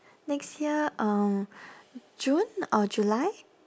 next year um june or july